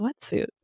sweatsuit